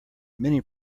many